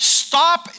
stop